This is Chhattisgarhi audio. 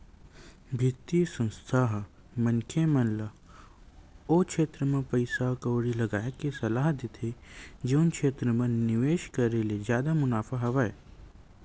बित्तीय संस्था ह मनखे मन ल ओ छेत्र म पइसा कउड़ी लगाय के सलाह देथे जउन क्षेत्र म निवेस करे ले जादा मुनाफा होवय